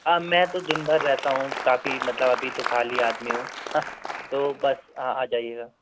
हाँ मैं तो दिन भर रहता हूँ काफ़ी मतलब अभी तो खाली आदमी हूँ तो बस आ जाइएगा